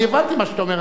אני הבנתי מה שאתה אומר.